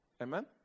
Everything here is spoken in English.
Amen